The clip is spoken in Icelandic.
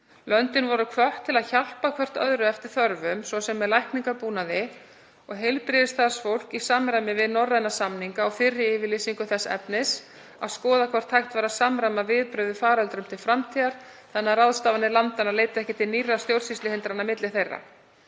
Löndin voru hvött til að hjálpa hvert öðru eftir þörfum, svo sem með lækningabúnaði og heilbrigðisstarfsfólki í samræmi við norræna samninga og fyrri yfirlýsingu þess efnis og að skoða hvort hægt væri að samræma viðbrögð við faröldrum til framtíðar þannig að ráðstafanir landanna leiddu ekki til nýrra stjórnsýsluhindrana milli þeirra.